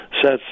sets